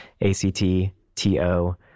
A-C-T-T-O